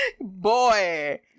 Boy